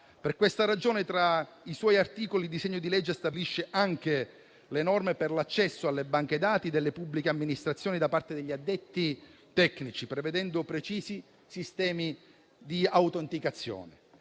Per questa ragione, tra i suoi articoli, il disegno di legge stabilisce anche le norme per l'accesso alle banche dati delle pubbliche amministrazioni da parte degli addetti tecnici, prevedendo precisi sistemi di autenticazione.